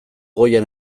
goian